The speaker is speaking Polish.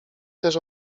też